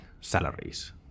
salaries